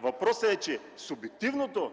Въпросът е, че субективното